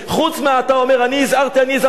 חוץ מזה שאתה אומר, אני הזהרתי, אני הזהרתי.